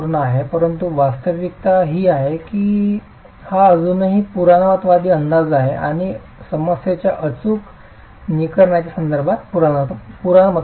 परंतु वास्तविकता ही आहे की हा अजूनही पुराणमतवादी अंदाज आहे आणि समस्येच्या अचूक निराकरणाच्या संदर्भात पुराणमतवादी आहे